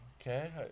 Okay